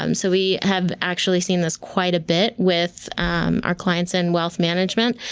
um so we have actually seen this quite a bit with our clients in wealth management.